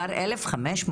כבר 1,500?